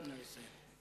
נא לסיים.